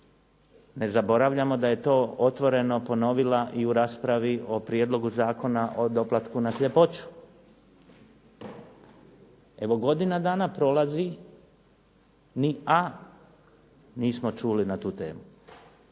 Ne zaboravljamo da je to otvoreno ponovila i u raspravi o Prijedlogu zakona o doplatku na sljepoću. Evo godina dana prolazi, ni A nismo čuli na tu temu.